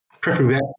Preferably